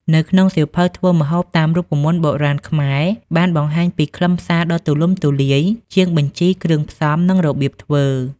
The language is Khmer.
នៅក្នុងសៀវភៅធ្វើម្ហូបតាមរូបមន្តបុរាណខ្មែរបានបង្ហាញពីខ្លឹមសារដ៏ទូលំទូលាយជាងបញ្ជីគ្រឿងផ្សំ និងរបៀបធ្វើ។